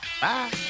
Bye